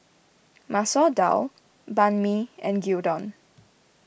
Masoor Dal Banh Mi and Gyudon